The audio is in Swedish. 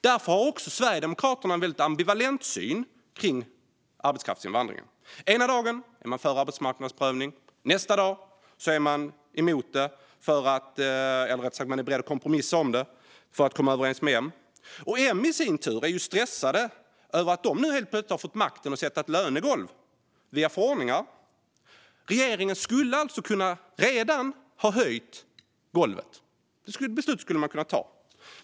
Därför har också Sverigedemokraterna en väldigt ambivalent syn på arbetskraftsinvandringen. Ena dagen är man för arbetsmarknadsprövning. Nästa dag är man beredd att kompromissa om det för att komma överens med Moderaterna. Moderaterna i sin tur är stressade över att de nu helt plötsligt har fått makten att sätta ett lönegolv via förordningar. Regeringen skulle alltså redan ha kunnat höja golvet. Det beslutet skulle man kunna ta.